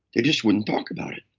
they just wouldn't talk about it.